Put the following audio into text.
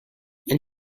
and